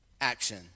action